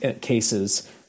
cases